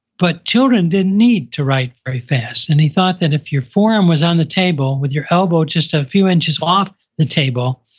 but children didn't need to write very fast. and he thought that if your forearm was on the table, with your elbow just a few inches off the table,